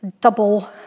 double